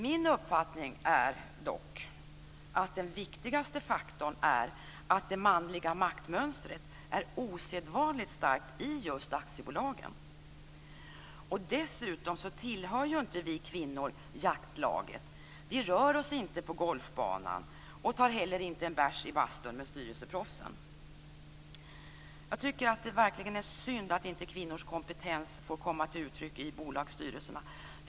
Min uppfattning är dock att den viktigaste faktorn är att det manliga maktmönstret är osedvanligt starkt i just aktiebolagen. Dessutom tillhör inte vi kvinnor jaktlaget. Vi rör oss inte på golfbanan och tar inte heller en bärs i bastun med styrelseproffsen. Jag tycker verkligen att det är synd att kvinnors kompetens inte får komma till uttryck i bolagsstyrelserna.